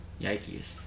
Yikes